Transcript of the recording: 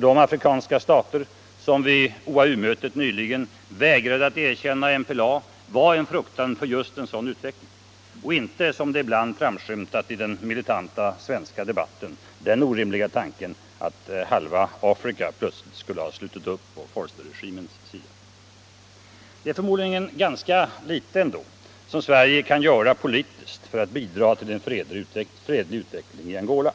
de afrikanska stater som vid OAU-mötet nyligen vägrade att erkänna MPLA var just en fruktan för en sådan utveckling och inte, som det ibland framskymtat i den militanta svenska debatten, den orimliga tanken att halva Afrika plötsligt skulle ha slutit upp på Vorsterregimens sida. Det är förmodligen ganska litet som Sverige kan göra politiskt för att bidra till en fredlig utveckling i Angola.